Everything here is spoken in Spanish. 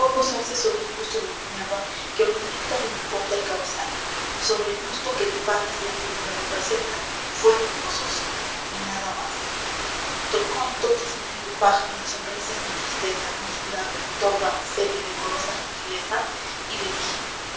posarse sobre un busto de minerva que ornamenta de mi puerta el cabezal sobre el busto que de palas la figura representa fué y posose y nada más trocó entonces el negro pájaro en sonrisas mi tristeza con su grave torva y seria decorosa gentileza y le dije